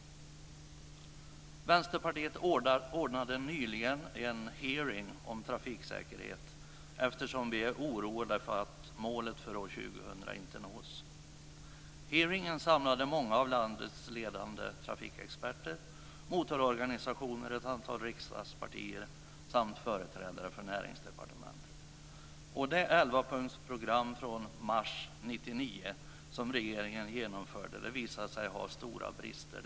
Vi i Vänsterpartiet ordnade nyligen en hearing om trafiksäkerheten eftersom vi känner oro för att målet för år 2000 inte kommer att nås. Hearingen samlade många av landets ledande trafikexperter, motororganisationer, ett antal riksdagspartier och företrädare för Näringsdepartementet. Det elvapunktersprogram från mars 1999 som regeringen genomfört visade sig ha stora brister.